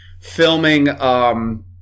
filming